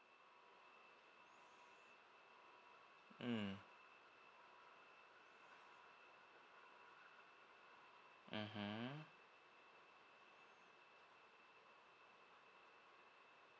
mm mmhmm